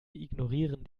ignorieren